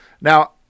Now